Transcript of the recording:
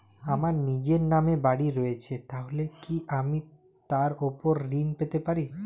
আমার নিজের নামে বাড়ী রয়েছে তাহলে কি আমি তার ওপর ঋণ পেতে পারি?